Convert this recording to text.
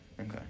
okay